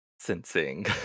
sensing